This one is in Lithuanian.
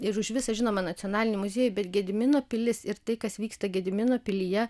ir už visą žinomą nacionalinį muziejų bet gedimino pilis ir tai kas vyksta gedimino pilyje